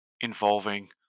involving